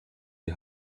die